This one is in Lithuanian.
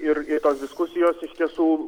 ir tos diskusijos iš tiesų